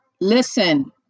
Listen